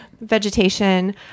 vegetation